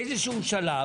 באיזה שהוא שלב,